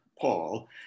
Paul